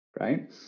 Right